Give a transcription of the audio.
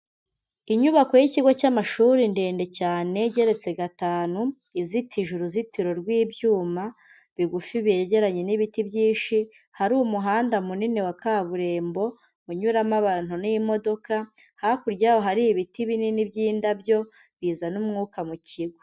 Inyubako y'ikigo cy'amashuri ndende cyane, igeretse gatanu, izitije uruzitiro rw'ibyuma bigufi byegeranye n'ibiti byinshi, hari umuhanda munini wa kaburimbo unyuramo abantu n'imodoka, hakurya yaho hari ibiti binini by'indabyo bizana umwuka mu kigo.